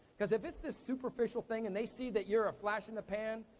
cause if it's this superficial thing, and they see that you're a flash in the pan,